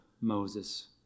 Moses